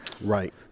Right